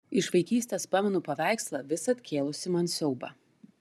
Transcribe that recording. iš vaikystės pamenu paveikslą visad kėlusį man siaubą